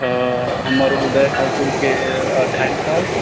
आ हमर उदय ठाकुर के अठाइस साल